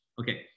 Okay